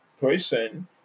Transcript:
person